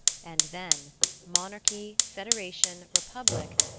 and then monarchy, federation, republic,